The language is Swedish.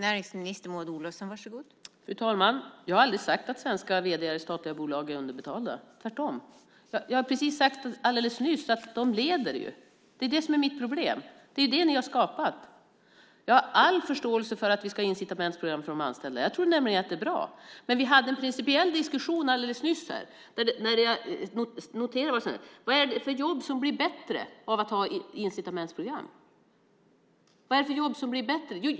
Fru talman! Jag har aldrig sagt att svenska vd:ar i statliga bolag är underbetalda - tvärtom. Jag har precis alldeles nyss sagt att de ju leder löneligan. Det är det som är mitt problem. Det är det ni har skapat. Jag har all förståelse för att vi ska ha incitamentsprogram för de anställda. Jag tror nämligen att det är bra. Men vi hade en principiell diskussion alldeles nyss här, och jag gjorde en notering: Vad är det för jobb som blir bättre av att ha incitamentsprogram?